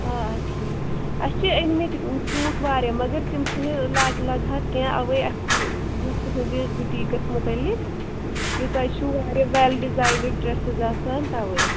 آ ٹھیٖک اَسہِ چھِ أنۍ مٕتۍ سوٗٹ واریاہ مگر تِم چھِنہٕ لاگہِ لَگہٕ ہار کیٚنٛہہ اَوَے اَسہِ بوز بوٗز تُہٕنٛدِ بُٹیٖکَس متعلق کہِ تۄہہِ چھُو واریاہ ویل ڈِزاینٕڈ ڈرٛسِسٕز آسان تَوَے